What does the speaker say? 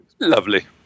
Lovely